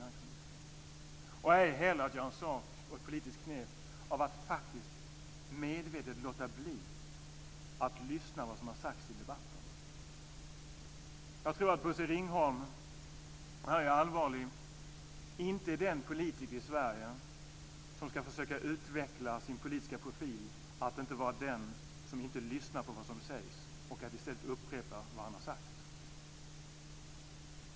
Det anstår honom inte heller att göra en sak och ett politiskt knep av att faktiskt medvetet låta bli att lyssna på vad som har sagts i debatten. Jag tror att Bosse Ringholm - och här är jag allvarlig - inte är den politiker i Sverige som ska försöka utveckla sin politiska profil så att han är den som inte lyssnar på vad som sägs, och i stället upprepar vad han har sagt.